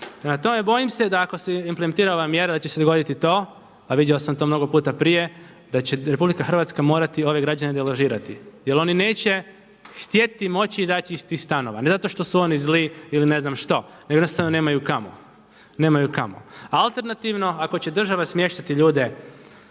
tome, bojim se da ako se implementira ova mjera da će se dogoditi to a vidio sam to mnogo puta prije da će RH morati ove građane deložirati jer oni neće htjeti i moći izaći iz tih stanova, ne zato što su oni zli ili ne znam što, nego jednostavno nemaju kamo. A alternativno ako će država smještati ljude